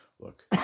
Look